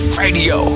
radio